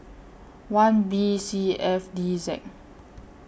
one B C F D Z